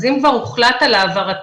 אז אם כבר הוחלט על העברתם,